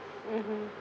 mmhmm